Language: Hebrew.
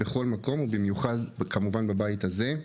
בכל מקום, ובייחוד כאן, בבית הזה.